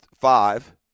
five